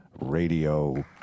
Radio